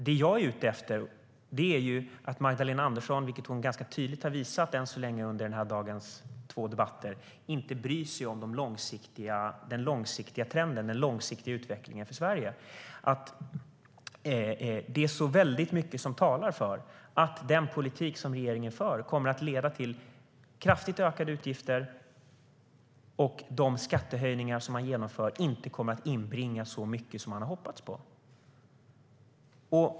Det jag är ute efter är att Magdalena Andersson inte bryr sig om den långsiktiga trenden, den långsiktiga utvecklingen för Sverige, vilket hon hittills under dagens två debatter ganska tydligt har visat. Det är mycket som talar för att den politik som regeringen för kommer att leda till kraftigt ökade utgifter och att de skattehöjningar som man genomför inte kommer att inbringa så mycket som man hade hoppats.